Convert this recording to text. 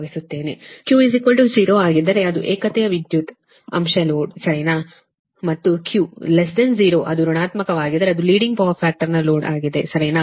Q 0 ಆಗಿದ್ದರೆ ಅದು ಏಕತೆಯ ವಿದ್ಯುತ್ ಅಂಶ ಲೋಡ್ ಸರಿನಾ ಮತ್ತು Q0 ಅದು ಋಣಾತ್ಮಕವಾಗಿದ್ದರೆ ಅದು ಲೀಡಿಂಗ್ ಪವರ್ ಫ್ಯಾಕ್ಟರ್ ಲೋಡ್ ಆಗಿದೆ ಸರಿನಾ